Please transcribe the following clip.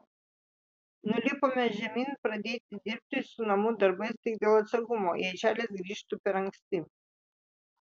nulipome žemyn pradėti dirbti su namų darbais tik dėl atsargumo jei čarlis grįžtų per anksti